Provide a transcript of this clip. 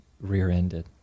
rear-ended